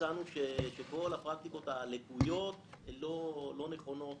ומצאנו שכל הפרקטיקות הלקויות לא נכונות